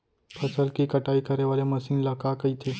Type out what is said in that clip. फसल की कटाई करे वाले मशीन ल का कइथे?